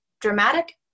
dramatic